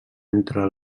entre